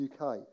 UK